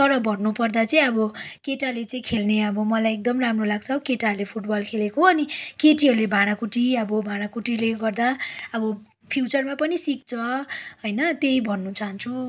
तर भन्नुपर्दा चाहिँ अब केटाले चाहिँ खेल्ने अब मलाई एकदम राम्रो लाग्छ केटाहरूले फुटबल खेलेको अनि केटीहरूले भाँडाकुटी अब भाँडाकुटीले गर्दा अब फ्युचरमा पनि सिक्छ होइन त्यही भन्न चाहन्छु